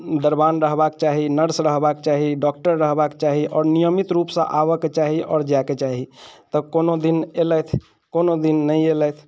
दरबान रहबाके चाही नर्स रहबाके चाही डॉक्टर रहबाके चाही आओर नियमित रूपसँ आबऽके चाही आओर जायके चाही तऽ कोनो दिन एलथि कोनो दिन नहि एलथि